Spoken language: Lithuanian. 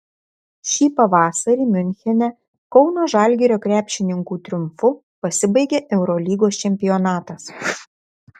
šį pavasarį miunchene kauno žalgirio krepšininkų triumfu pasibaigė eurolygos čempionatas